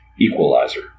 equalizer